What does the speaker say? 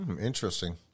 Interesting